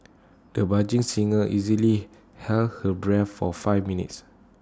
the budding singer easily held her breath for five minutes